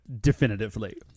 definitively